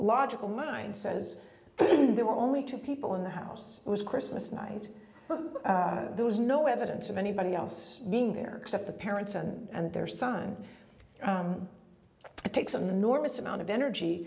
logical mind says there were only two people in the house it was christmas night and there was no evidence of anybody else being there that the parents and and their son it takes an enormous amount of energy